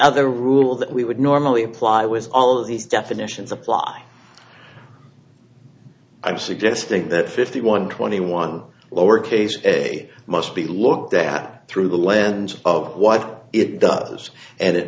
other rule that we would normally apply was all if definitions apply i'm suggesting that fifty one twenty one lower case a must be looked at through the lens of what it does and it